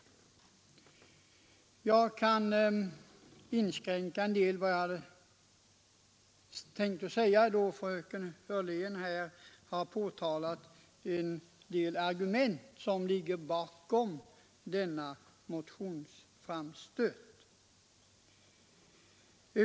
En del av vad jag tänkt säga kan jag underlåta att anföra, då fröken Hörlén har påtalat en del argument som ligger bakom denna motionsframstöt.